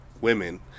women